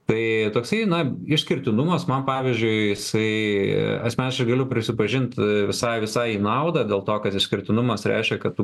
tai toksai na išskirtinumas man pavyzdžiui jisai asmeniškai galiu prisipažint visai visai į naudą dėl to kad išskirtinumas reiškia kad tu